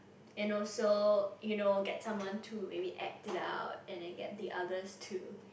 and also you know get someone to maybe act it and then get the others to